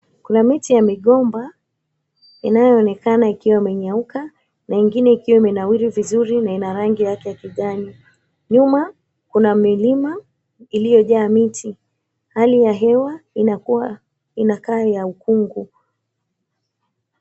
Kuna miti ya migomba inayoonekana ikiwa imenyauka na ingine ikiwa imenawiri vizuri na ina rangi yake ya kijani. Nyuma kuna milima iliyojaa miti. Hali ya hewa inakua inakaa ya ukungu.